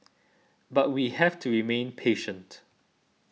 but we have to remain patient